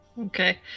Okay